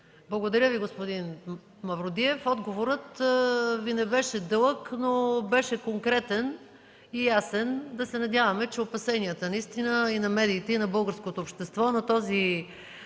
Благодаря Ви, господин Мавродиев. Отговорът Ви не беше дълъг, но беше конкретен и ясен. Да се надяваме, че наистина опасенията на медиите и на българското общество на този